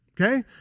Okay